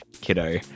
kiddo